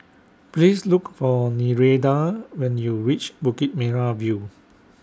Please Look For Nereida when YOU REACH Bukit Merah View